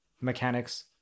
mechanics